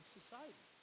society